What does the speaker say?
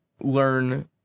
learn